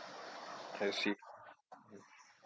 I see